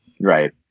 Right